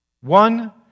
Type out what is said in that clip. One